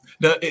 Now